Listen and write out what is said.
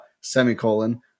semicolon